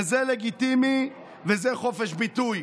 וזה לגיטימי וזה חופש ביטוי?